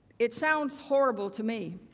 it sounds horrible to me.